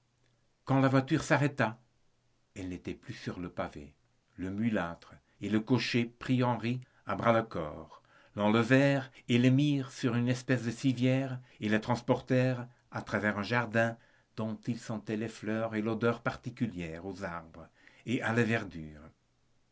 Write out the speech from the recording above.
quand la voiture s'arrêta elle n'était plus sur le pavé le mulâtre et le cocher prirent henri à bras le corps l'enlevèrent le mirent sur une espèce de civière et le transportèrent à travers un jardin dont il sentit les fleurs et l'odeur particulière aux arbres et à la verdure